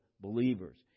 believers